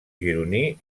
gironí